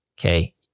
okay